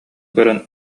көрөн